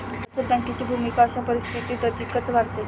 बचत बँकेची भूमिका अशा परिस्थितीत अधिकच वाढते